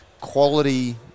quality